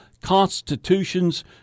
Constitutions